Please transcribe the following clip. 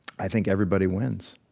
i think everybody wins.